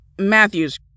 Matthews